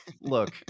Look